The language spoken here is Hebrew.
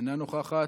אינה נוכחת.